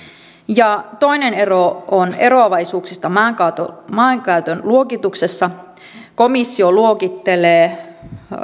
ja toinen ero on eroavaisuuksissa maankäytön maankäytön luokituksessa komissio luokittelee